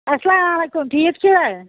اَسلامُ علیکُم ٹھیٖک چھِوا